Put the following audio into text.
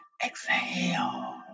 Exhale